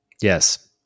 yes